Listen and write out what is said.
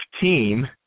team